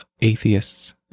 atheists